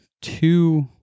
two